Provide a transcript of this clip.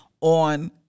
on